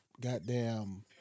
goddamn